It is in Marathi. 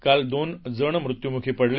काल दोन जण मुत्युमुखी पडले